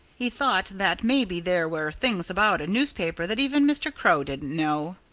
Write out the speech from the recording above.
he thought that maybe there were things about a newspaper that even mr. crow didn't know.